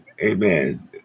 Amen